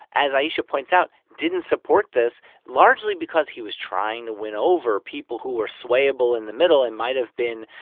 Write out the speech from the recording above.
as ayesha points out, didn't support this largely because he was trying to win over people who were swayable in the middle and might have been,